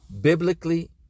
Biblically